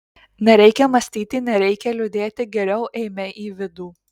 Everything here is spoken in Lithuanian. nereikia mąstyti nereikia liūdėti geriau eime į vidų